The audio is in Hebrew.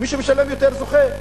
מי שמשלם יותר, זוכה.